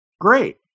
Great